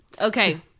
Okay